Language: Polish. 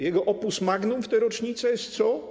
Jego opus magnum w tę rocznicę jest co?